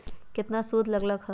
केतना सूद लग लक ह?